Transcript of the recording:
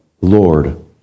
Lord